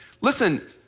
listen